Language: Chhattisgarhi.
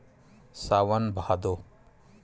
सावन भादो